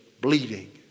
bleeding